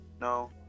No